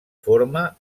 forma